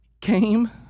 came